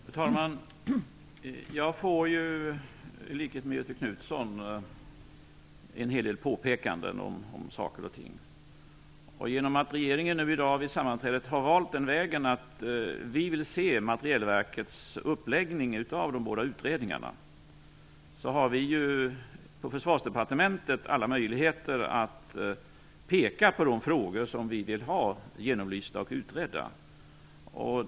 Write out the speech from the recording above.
Fru talman! Jag får i likhet med Göthe Knutson en hel del påpekanden om saker och ting. Genom att regeringen vid dagens sammanträde har valt vägen att vilja se Materielverkets uppläggning av de båda utredningarna, har vi på Försvarsdepartementet alla möjligheter att peka på de frågor som vi vill ha genomlysta och utredda.